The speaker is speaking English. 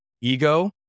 Ego